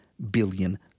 Billion